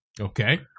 Okay